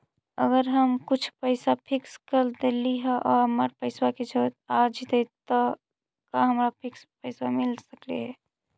अगर हम कुछ पैसा फिक्स कर देली हे और हमरा पैसा के जरुरत आ जितै त का हमरा फिक्स पैसबा मिल सकले हे?